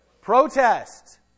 Protest